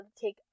take